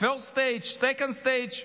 First stage, second stage,